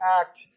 act